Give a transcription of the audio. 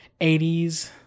80s